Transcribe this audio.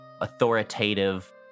authoritative